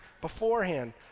beforehand